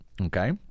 Okay